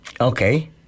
Okay